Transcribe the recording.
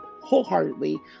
wholeheartedly